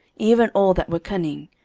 even all that were cunning,